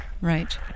Right